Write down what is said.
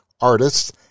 artists